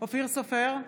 אופיר סופר,